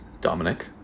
Dominic